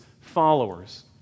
followers